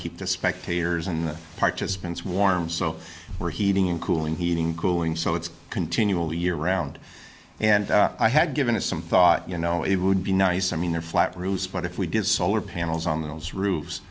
keep the spectators and participants warm so we're heating and cooling heating cooling so it's continually year round and i had given it some thought you know it would be nice i mean they're flat roofs but if we did solar panels on those roofs